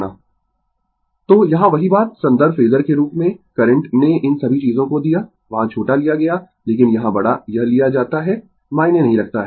Refer Slide Time 1839 तो यहाँ वही बात संदर्भ फेजर के रूप में करंट ने इन सभी चीजों को दिया वहाँ छोटा लिया गया लेकिन यहाँ बड़ा यह लिया जाता है मायने नहीं रखता है